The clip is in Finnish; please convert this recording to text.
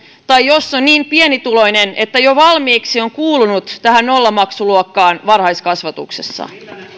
tai jos on niin pienituloinen että jo valmiiksi on kuulunut tähän nollamaksuluokkaan varhaiskasvatuksessa